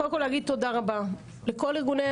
קודם כל להגיד תודה רבה לכל ארגוני